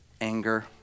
anger